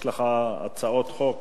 יש לך הצעות חוק